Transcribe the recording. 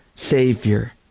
Savior